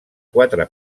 quatre